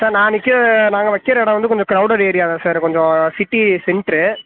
sir நான் நிற்கிற நாங்கள் வைக்கிற இடம் வந்து கொஞ்சம் க்ரௌடெட் ஏரியா தான் சார் கொஞ்சம் சிட்டி சென்ட்ரு